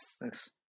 Thanks